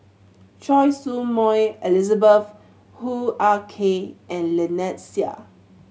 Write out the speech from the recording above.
Choy Su Moi Elizabeth Hoo Ah Kay and Lynnette Seah